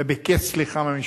וביקש סליחה מהמשפחות.